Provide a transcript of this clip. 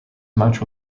much